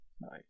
Nice